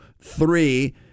three